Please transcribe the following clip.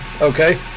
Okay